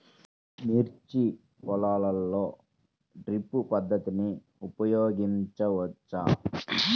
మిర్చి పొలంలో డ్రిప్ పద్ధతిని ఉపయోగించవచ్చా?